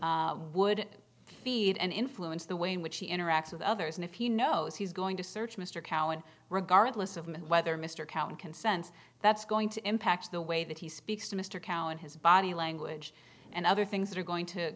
mindset would feed and influence the way in which he interacts with others and if he knows he's going to search mr kalin regardless of whether mr count consents that's going to impact the way that he speaks to mr cowan his body language and other things that are going to